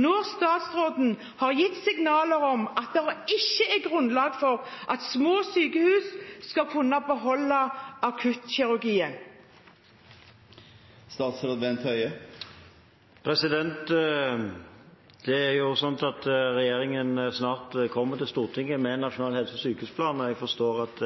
når statsråden har gitt signaler om at det ikke er grunnlag for at små sykehus skal kunne beholde akuttkirurgien? Det er sånn at regjeringen snart kommer til Stortinget med en nasjonal helse- og sykehusplan, og jeg forstår at